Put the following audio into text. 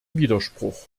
widerspruch